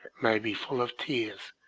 may be full of tears,